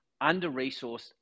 under-resourced